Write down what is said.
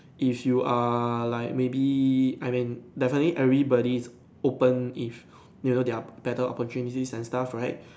if you are like maybe I mean definitely everybody is open if you know there are better opportunities and stuff right